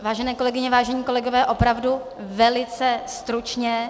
Vážené kolegyně, vážení kolegové, opravdu velice stručně.